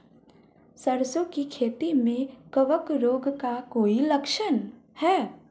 सरसों की खेती में कवक रोग का कोई लक्षण है?